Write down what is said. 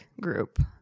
group